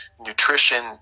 nutrition